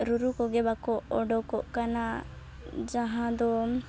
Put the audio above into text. ᱨᱩᱨᱩᱠᱚᱜᱮ ᱵᱟᱠᱚ ᱚᱰᱳᱠᱚᱜ ᱠᱟᱱᱟ ᱡᱟᱦᱟᱸᱫᱚ